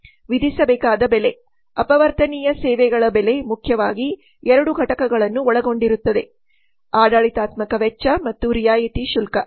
ವಿಧಿಸಬೇಕಾದ ಬೆಲೆ ಅಪವರ್ತನೀಯ ಸೇವೆಗಳ ಬೆಲೆ ಮುಖ್ಯವಾಗಿ 2 ಘಟಕಗಳನ್ನು ಒಳಗೊಂಡಿರುತ್ತದೆ ಆಡಳಿತಾತ್ಮಕ ವೆಚ್ಚ ಮತ್ತು ರಿಯಾಯಿತಿ ಶುಲ್ಕ